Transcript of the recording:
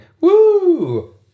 woo